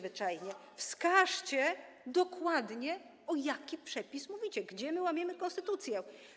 Wskażcie dokładnie, o jakim przepisie mówicie, gdzie my łamiemy konstytucję.